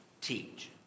teach